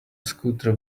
scooter